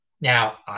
Now